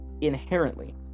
inherently